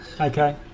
Okay